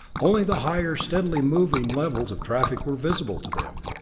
only the higher, steadily moving levels of traffic were visible to them.